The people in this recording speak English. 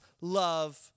love